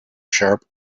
sharp